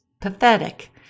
Pathetic